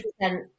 percent